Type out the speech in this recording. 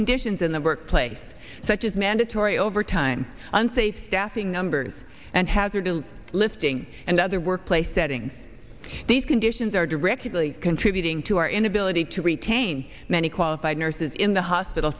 conditions in the work place such as mandatory overtime unsafe staffing numbers and hazard lifting and other workplace setting these conditions are directly contributing to our inability to retain many qualified nurses in the hospital